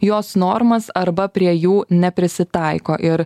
jos normas arba prie jų neprisitaiko ir